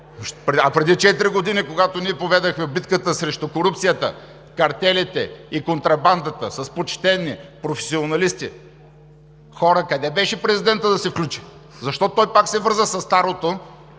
четири години, когато ние поведохме битката срещу корупцията, картелите и контрабандата с почтени професионалисти... Хора, къде беше президентът да се включи? Защо той пак се върза със старото?